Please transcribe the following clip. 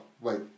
wait